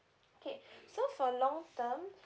okay so for long term